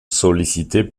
sollicité